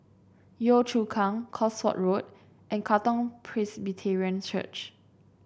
Yio Chu Kang Cosford Road and Katong Presbyterian Church